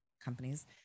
companies